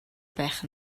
байх